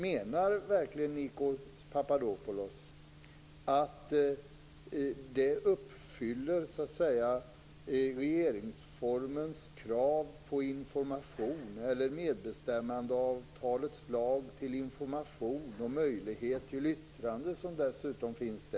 Menar verkligen Nikos Papadopoulos att regeringen uppfyller regeringsformens krav på information eller medbestämmandeavtalets lag om information och om att man skall ha möjlighet till yttrande - som dessutom finns med.